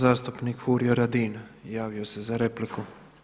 Zastupnik Furio Radin javio se za repliku.